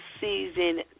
Season